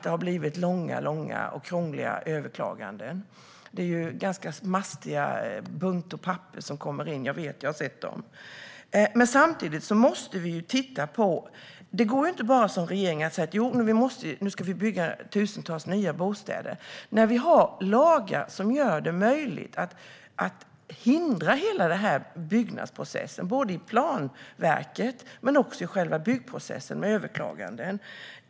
Det rör sig ju om ganska mastiga buntar av papper att hantera - jag vet, för jag har sett dem. Det går inte att som regeringen bara säga att det ska byggas tusentals nya bostäder när vi har lagar som gör det möjligt genom överklaganden att hindra hela byggnads och planprocessen.